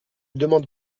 demande